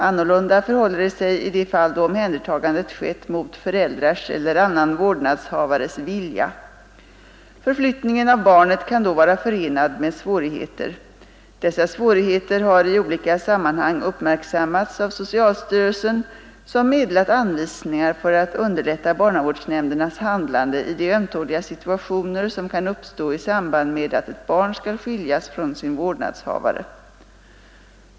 Annorlunda förhåller det sig i de fall då omhändertagandet skett mot föräldrarnas eller annan vårdnadshavares vilja. Förflyttningen av barnet kan då vara förenad med svårigheter. Dessa svårigheter har i olika sammanhang uppmärksammats av socialstyrelsen som meddelat anvisningar för att underlätta barnavårdsnämndernas handlande i de ömtåliga situationer som kan uppstå i samband med att ett barn skall skiljas från sin vårdnadshavare.